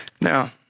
Now